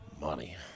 money